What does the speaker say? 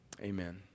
Amen